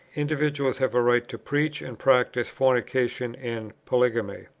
individuals have a right to preach and practise fornication and polygamy.